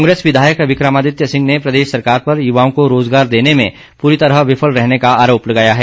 कांग्रेस विधायक विक्रमादित्य सिंह ने प्रदेश सरकार पर युवाओं को रोज़गार देने में पूरी तरह विफल रहने का आरोप लगाया है